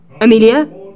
Amelia